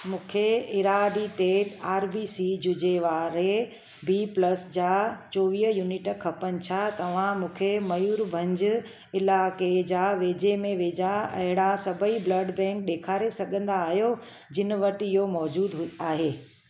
मूंखे इराडी टे आर बी सी जुजे वारे बी प्लस जा चोवीह यूनिट खपनि छा तव्हां मूंखे मयूरभंज इलाइक़े जा वेझे में वेझा अहिड़ा सभई ब्लड बैंक ॾेखारे सघंदा आहियो जिन वटि इहो मौजूदु हू आहे